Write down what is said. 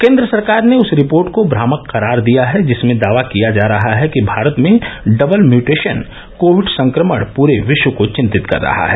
केंद्र सरकार ने उस रिपोर्ट को भ्रामक करार दिया है जिसमें दावा किया गया है कि भारत में डबल म्यूटेशन कोविड संक्रमण प्रे विश्व को चिंतित कर रहा है